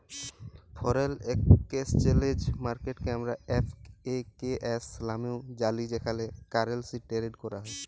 foreign exchange মার্কেটকে আমরা এফ.এ.কে.এস লামেও জালি যেখালে কারেলসি টেরেড ক্যরা হ্যয়